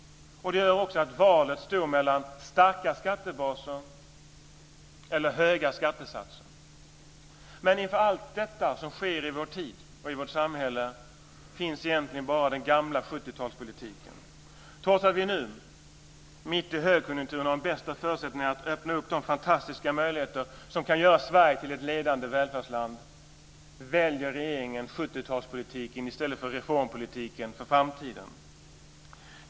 Det gör också att valet står mellan starka skattebaser eller höga skattesatser. Inför allt det som sker i vår tid och i vårt samhälle finns egentligen bara den gamla 70-talspolitiken. Trots att vi nu mitt i högkonjunkturen har de bästa förutsättningarna att öppna de fantastiska möjligheter som kan göra Sverige till ett ledande välfärdsland, väljer regeringen 70-talspolitiken i stället för reformpolitiken inför framtiden.